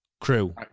Crew